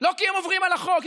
לא כי הם עוברים על החוק,